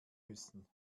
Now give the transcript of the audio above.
müssen